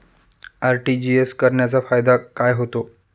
RTGS करण्याचा फायदा काय होतो?